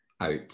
out